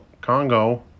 Congo